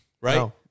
right